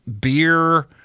beer